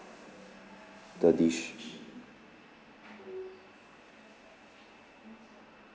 the dish